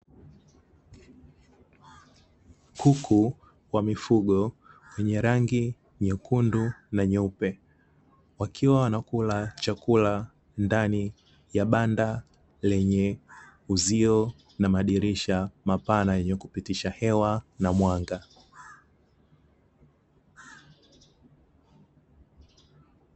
Kuku wa mifugo wenye rangi nyekundu na nyeupe, wakiwa wanakula chakula ndani ya banda lenye uzio na madirisha mapana, yenye kupitisha hewa na mwanga.